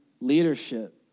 leadership